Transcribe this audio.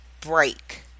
break